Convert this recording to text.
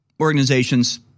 organizations